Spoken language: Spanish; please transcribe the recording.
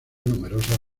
numerosas